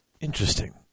Interesting